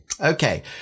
Okay